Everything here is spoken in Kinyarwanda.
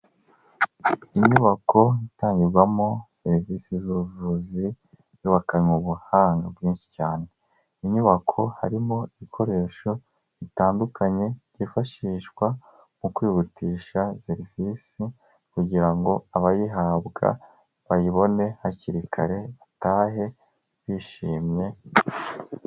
Inyubako itangirwamo serivisi z'ubuvuzi yubakanywe ubuhanga bwinshi cyane. Inyubako harimo ibikoresho bitandukanye byifashishwa mu kwihutisha serivisi kugira ngo abayihabwa bayibone hakiri kare batahe bishimwe...